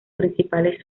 principales